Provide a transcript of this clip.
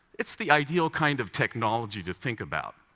it's the ideal kind of technology to think about.